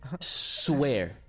swear